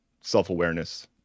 self-awareness